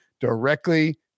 directly